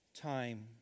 time